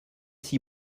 six